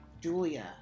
Julia